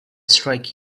strike